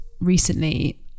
recently